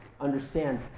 understand